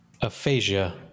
aphasia